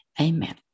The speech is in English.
Amen